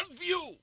view